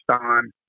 on